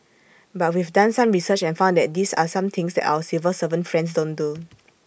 but we've done some research and found that these are some things that our civil servant friends don't do